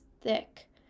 thick